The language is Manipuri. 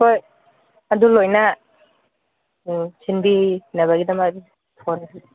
ꯍꯣꯏ ꯑꯗꯨ ꯂꯣꯏꯅ ꯁꯤꯟꯕꯤꯅꯕꯒꯤꯗꯃꯛ ꯐꯣꯟ